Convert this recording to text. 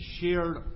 shared